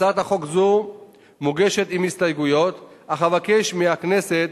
הצעת חוק זו מוגשת עם הסתייגויות, אך אבקש מהכנסת